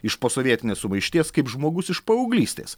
iš posovietinės sumaišties kaip žmogus iš paauglystės